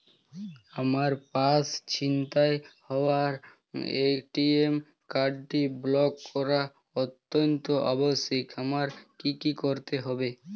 আমার পার্স ছিনতাই হওয়ায় এ.টি.এম কার্ডটি ব্লক করা অত্যন্ত আবশ্যিক আমায় কী কী করতে হবে?